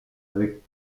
avec